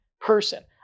person